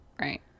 Right